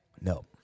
no